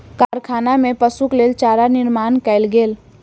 कारखाना में पशुक लेल चारा निर्माण कयल गेल